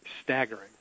staggering